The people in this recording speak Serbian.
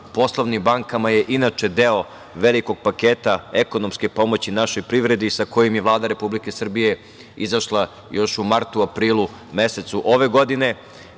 poslovnim bankama je inače deo velikog paketa ekonomske pomoći našoj privredi sa kojim je Vlada Republike Srbije izašla još u martu, aprilu mesecu ove godine.